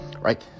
right